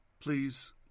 please